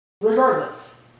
Regardless